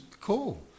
cool